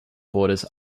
borders